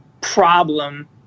problem